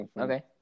Okay